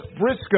Briscoe